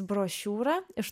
brošiūrą iš